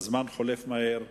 הזמן חולף מהר,